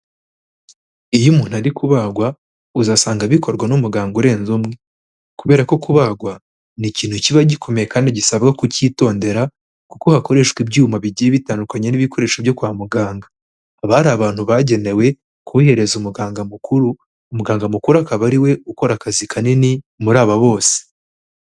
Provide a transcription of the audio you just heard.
Iyo umuntu ari kubagwa uzasanga bikorwa n'umuganga urenze umwe kubera ko kubagwa ni ikintu kiba gikomeye kandi gisabwa kukitondera kuko hakoreshwa ibyuma bigiye bitandukanye n'ibikoresho byo kwa muganga, haba hari abantu bagenewe kubihereza umuganga mukuru, umuganga mukuru akaba ari we ukora akazi kanini muri aba bose.